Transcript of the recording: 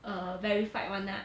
err verified [one] lah